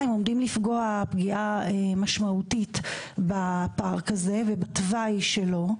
עומדים לפגוע פגיעה משמעותית בפארק הזה ובתוואי שלו,